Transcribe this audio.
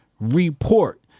report